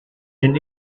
den